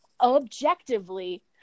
objectively